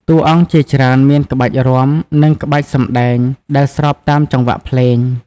តួអង្គជាច្រើនមានក្បាច់រាំ និងក្បាច់សម្ដែងដែលស្របតាមចង្វាក់ភ្លេង។